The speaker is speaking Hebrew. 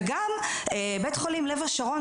וגם בית חולים "לב השרון",